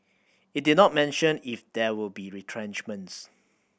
it did not mention if there will be retrenchments